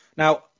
Now